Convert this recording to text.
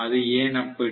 அது ஏன் அப்படி